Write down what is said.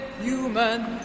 human